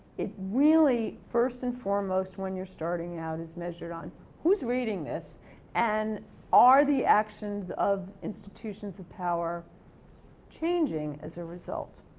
it really, first and foremost, when you're starting out is measured on who's reading this and are the actions of institutions of power changing as a result?